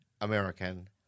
American